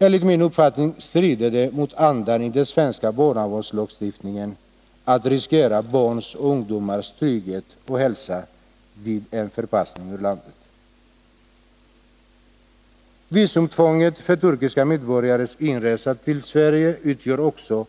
Enligt min uppfattning strider det mot andan i den svenska barnavårdslagstiftningen att riskera barns och ungdomars trygghet och hälsa vid en förpassning ur landet. Visumtvånget vid turkiska medborgares inresa till Sverige utgör också